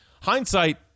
hindsight